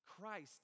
Christ